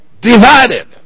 divided